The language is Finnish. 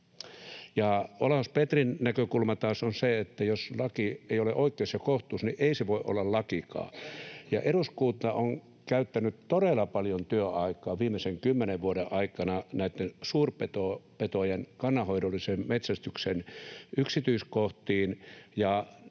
Olaus Petrin näkökulma taas on se, että jos laki ei ole oikeus ja kohtuus, niin ei se voi olla lakikaan. Eduskunta on käyttänyt todella paljon työaikaa viimeisen kymmenen vuoden aikana näitten suurpetojen kannanhoidollisen metsästyksen yksityiskohtiin,